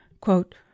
quote